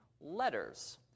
letters